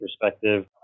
perspective